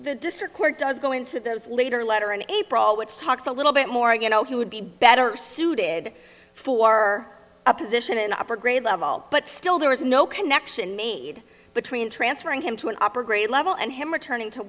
the district court does go into those later letter in april which talks a little bit more again oh he would be better suited for a position in upper grade level but still there was no connection made between transferring him to an opera grade level and him returning to